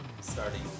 starting